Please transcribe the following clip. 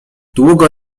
długo